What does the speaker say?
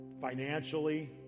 financially